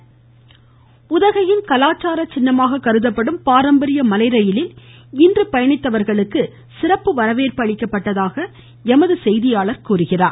சுற்றுலா தினம் தொடர்ச்சி உதகையின் கலாச்சார சின்னமாக கருதப்படும் பாரம்பரிய மலை ரயிலில் இன்று பயணித்தவர்களுக்கு சிறப்பு வரவேற்பு அளிக்கப்பட்டதாக எமது செய்தியாளர் தெரிவிக்கிறார்